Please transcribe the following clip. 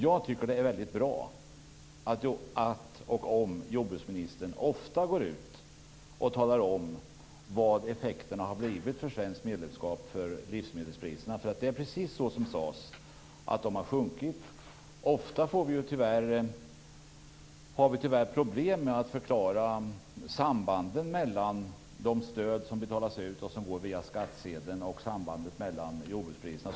Jag tycker att det är väldigt bra om jordbruksministern ofta går ut och talar om vad effekterna av svenskt medlemskap har blivit vad gäller livsmedelspriserna. För det är precis så som det sades: De har sjunkit. Ofta har vi tyvärr problem att förklara sambanden mellan de stöd som betalas ut som går via skattsedeln och jordbrukspriserna.